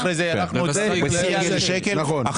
ואחרי זה הארכנו את זה עד לשקל הנחה.